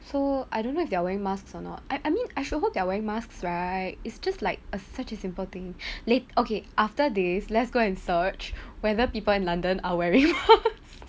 so I don't know if they're wearing masks or not I I mean I should hope they're wearing masks right it's just like a such as simple thing late okay after this let's go and search whether people in london are wearing mask